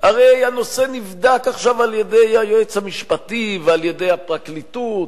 הרי הנושא נבדק עכשיו על-ידי היועץ המשפטי ועל-ידי הפרקליטות.